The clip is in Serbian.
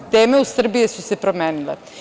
Teme u Srbiji su se promenile.